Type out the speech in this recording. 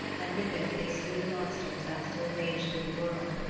and with it they slew the monsters that still raged through the world,